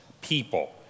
people